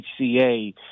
HCA